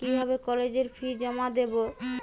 কিভাবে কলেজের ফি জমা দেবো?